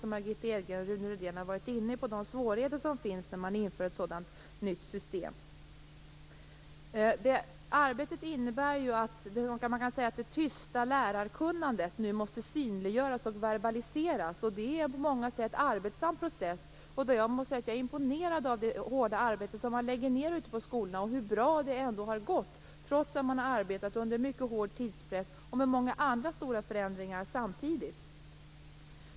Margitta Edgren och Rune Rydén har varit inne på de svårigheter som finns när ett nytt system införs. Man kan säga att det tysta lärarkunnandet måste nu synliggöras och verbaliseras. Det är en på många sätt arbetsam process. Jag måste säga att jag är imponerad av det hårda arbete som man lägger ned ute på skolorna och hur bra det ändå har gått, trots att man arbetat under en mycket hård tidspress och med många andra stora förändringar samtidigt.